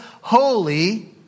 holy